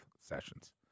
sessions